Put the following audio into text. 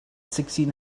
sixteen